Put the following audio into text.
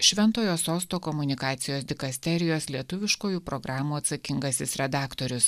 šventojo sosto komunikacijos dikasterijos lietuviškųjų programų atsakingasis redaktorius